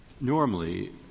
Normally